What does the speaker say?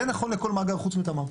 זה נכון לכל מאגר חוץ מתמר.